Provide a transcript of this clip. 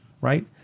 right